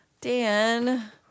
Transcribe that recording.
Dan